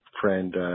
friend